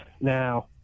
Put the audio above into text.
Now